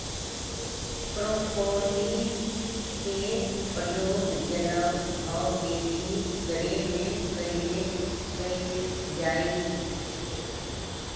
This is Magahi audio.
प्रोपोलिस के प्रयोग जल्ल घाव के ठीक करे में कइल जाहई